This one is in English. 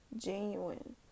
genuine